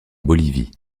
bolivie